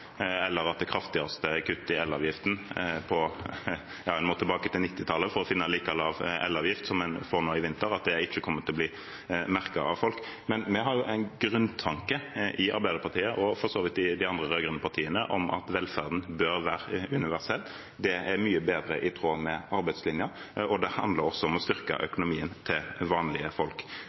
eller at det kraftigste kuttet i elavgiften siden 1990-tallet – en må tilbake til da for å finne en like lav elavgift som en får nå i vinter – ikke kommer til å bli merket av folk. Vi har en grunntanke i Arbeiderpartiet – for så vidt også i de andre rød-grønne partiene – om at velferden bør være universell. Det er mye mer i tråd med arbeidslinja. Det handler også om å styrke